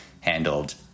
handled